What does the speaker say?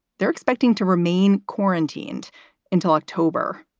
they're expecting to remain quarantined until october.